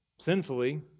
Sinfully